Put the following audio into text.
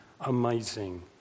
amazing